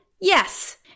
Yes